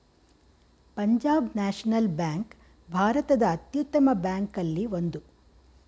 Punjab national bank ಭಾರತದ ಅತ್ಯುತ್ತಮ ಬ್ಯಾಂಕಲ್ಲಿ ಒಂದು